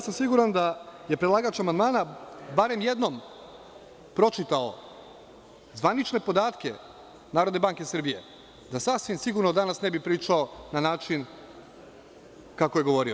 Siguran sam da je predlagač amandmana barem jednom pročitao zvanične podatke Narodne banke Srbije, da sasvim sigurno danas ne bi pričao na način kako je govorio.